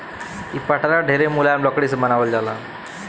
इ पटरा ढेरे मुलायम लकड़ी से बनावल जाला